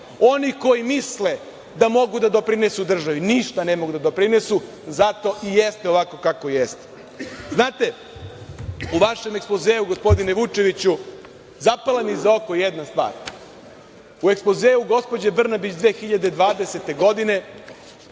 Oni koji misle da mogu da doprinesu državi, ništa ne mogu da doprinesu. Zato i jeste ovako kako jeste.U vašem ekspozeu, gospodine Vučeviću, zapala mi za oko jedna stvar. U ekspozeu gospođe Brnabić 2020. godine,